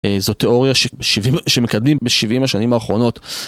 זו תיאוריה שמקדמים בשבעים השנים האחרונות.